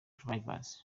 drivers